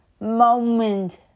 moment